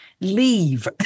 Leave